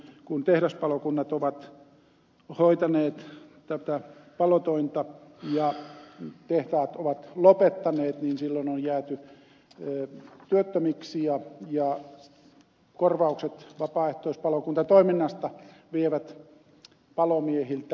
kun tehdaspalokunnat ovat hoitaneet tätä palotointa ja tehtaat ovat lopettaneet niin silloin on jääty työttömiksi ja korvaukset vapaaehtoispalokuntatoiminnasta vievät palomiehiltä työttömyysturvaetuudet